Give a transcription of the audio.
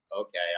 okay